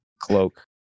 cloak